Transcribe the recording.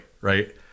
right